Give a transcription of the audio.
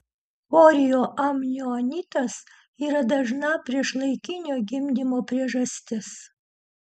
chorioamnionitas yra dažna priešlaikinio gimdymo priežastis